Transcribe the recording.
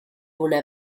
una